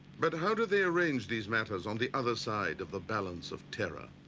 but how do they arrange these matters on the other side of the balance of terror?